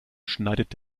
schneidet